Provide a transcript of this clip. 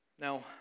Now